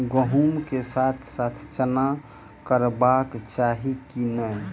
गहुम केँ साथ साथ चना करबाक चाहि की नै?